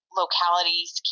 localities